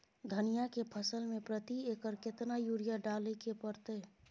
धनिया के फसल मे प्रति एकर केतना यूरिया डालय के परतय?